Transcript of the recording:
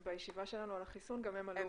בישיבה שלנו על החיסון גם הם עלו והציגו.